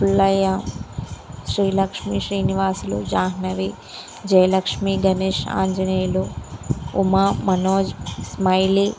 Pullaiah Srilakshmi Srinivasulu Jahnavi Jayalakshmi Ganesh Anjaneyulu Uma Manoj smiley